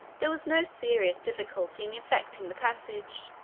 there was no serious difficulty in effecting the passage.